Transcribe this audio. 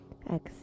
Exhale